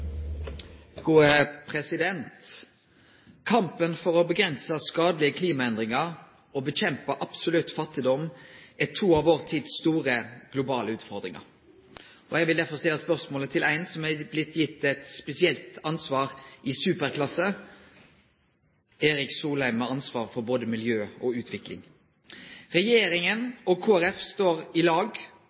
Kampen for å avgrense skadelege klimaendringar og kjempe mot absolutt fattigdom er to av vår tids globale utfordringar. Eg vil derfor stille spørsmålet til ein som er blitt gitt eit spesielt ansvar i superklasse, Erik Solheim, som har ansvaret for både miljø og utvikling: Regjeringa og Kristeleg Folkeparti står i lag